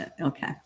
Okay